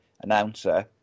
announcer